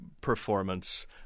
performance